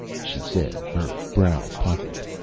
she said, her brow puckered.